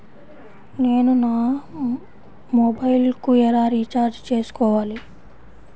నేను నా మొబైల్కు ఎలా రీఛార్జ్ చేసుకోవాలి?